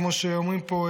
כמו שאומרים פה,